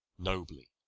nobly